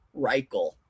Reichel